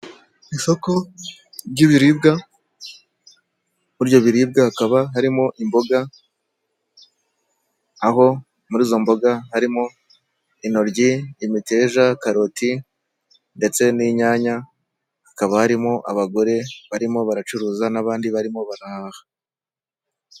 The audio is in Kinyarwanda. Isoko ry'ibiribwa, mu ribyo biribwa hakaba harimo imboga, aho muri izo mboga harimo intoryi, imiteja, karoti ndetse n'inyanya, hakaba harimo abagore barimo baracuruza n'abandi barimo barahaha.